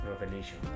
revelation